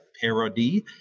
parody